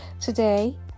Today